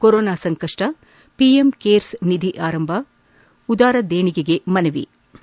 corona ಸಂಕಷ್ಟ PM CARES ನಿಧಿ ಆರಂಭ ಉದಾರ ದೇಣಿಗೆಗೆ ಮನವಿ ನ್